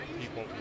people